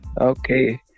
Okay